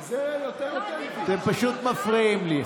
אתם פשוט מפריעים לי.